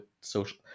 social